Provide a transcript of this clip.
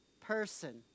person